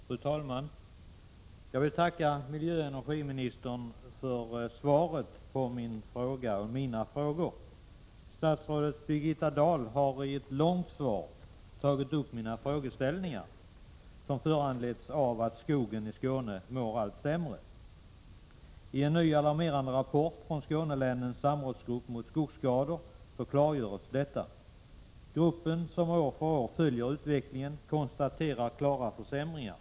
Fru talman! Jag vill tacka miljöoch energiministern för svaret på mina frågor. Statsrådet Birgitta Dahl har i ett långt svar tagit upp mina frågeställningar, som föranletts av att skogen i Skåne mår allt sämre. I en ny alarmerande rapport från Skånelänens samrådsgrupp mot skogsskador klargörs detta. Gruppen, som år för år följer utvecklingen, konstaterar klara försämringar.